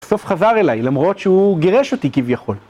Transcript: בסוף חזר אליי, למרות שהוא גירש אותי כביכול.